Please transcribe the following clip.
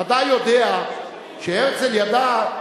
ודאי יודע מה שהרצל ידע.